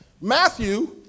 Matthew